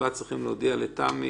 לסיכום.